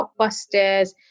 blockbusters